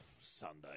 Sunday